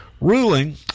ruling